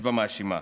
אצבע מאשימה.